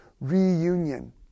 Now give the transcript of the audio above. reunion